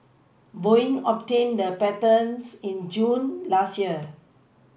Boeing obtained the patents in June last year